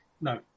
No